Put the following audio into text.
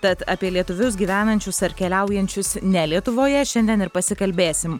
tad apie lietuvius gyvenančius ar keliaujančius ne lietuvoje šiandien ir pasikalbėsim